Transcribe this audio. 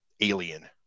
alien